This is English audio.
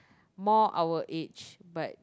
more our aged but